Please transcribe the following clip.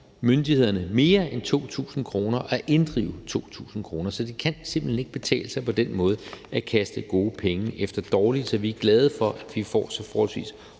myndighederne mere end 2.000 kr. at inddrive 2.000 kr. Så det kan simpelt hen ikke betale sig på den måde at kaste gode penge efter dårlige. Så vi er glade for, at vi får så forholdsvis